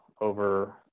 over